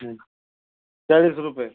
हा चाळीस रुपये